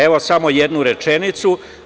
Evo, samo jednu rečenicu.